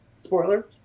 spoiler